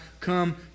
come